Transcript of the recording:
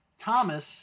Thomas